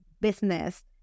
business